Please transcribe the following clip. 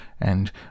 and